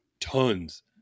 tons